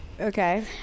Okay